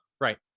Right